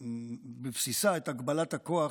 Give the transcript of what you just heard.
בבסיסה את הגבלת הכוח